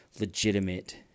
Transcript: legitimate